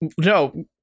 no